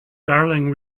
darling